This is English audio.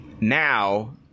now